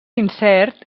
incert